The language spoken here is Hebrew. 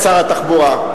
לשר התחבורה.